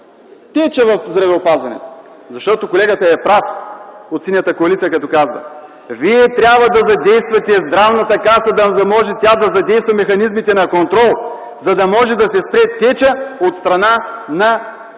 теча в здравеопазването. Защото колегата от Синята коалиция е прав като казва: вие трябва да задействате Здравната каса, за да може тя да задейства механизмите на контрол, за да може да се спре течът от страна на болниците,